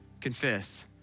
confess